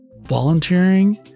volunteering